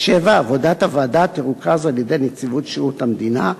7. עבודת הוועדה תרוכז על-ידי נציבות שירות המדינה,